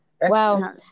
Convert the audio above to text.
wow